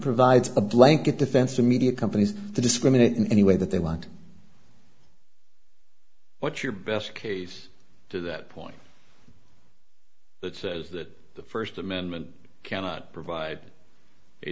provides a blanket defense to media companies to discriminate in any way that they want what's your best case to that point it says that the first amendment cannot provide a